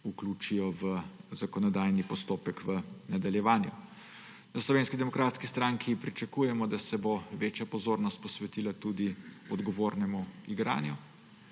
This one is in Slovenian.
vključijo v zakonodajni postopek v nadaljevanju. V Slovenski demokratski stranki pričakujemo, da se bo večja pozornost posvetila tudi odgovornemu igranju.